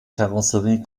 karosserie